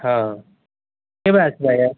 ହଁ କେବେ ଆସିଥିଲେ ଆଜ୍ଞା